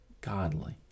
godly